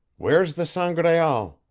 where's the sangraal?